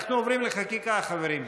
אנחנו עוברים לחקיקה, חברים.